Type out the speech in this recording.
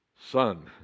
Son